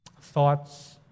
thoughts